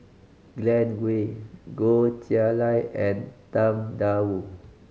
Glen Goei Goh Chiew Lye and Tang Da Wu